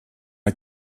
not